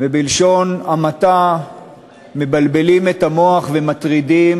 ובלשון המעטה מבלבלים את המוח ומטרידים